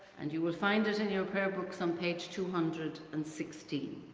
and you will find it in your prayer books on page two hundred and sixteen.